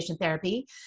therapy